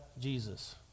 Jesus